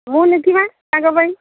ତାଙ୍କ ପାଇଁ